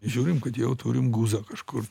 žiūrim kad jau turim guzą kažkur